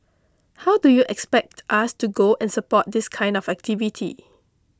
how do you expect us to go and support this kind of activity